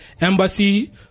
embassy